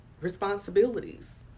responsibilities